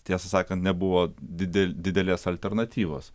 tiesą sakant nebuvo didelės alternatyvos